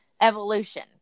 evolution